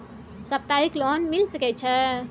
सप्ताहिक लोन मिल सके छै?